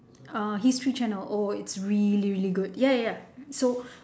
uh history channel oh it's really really good ya ya so